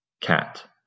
cat